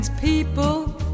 People